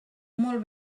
molt